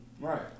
Right